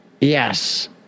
Yes